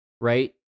right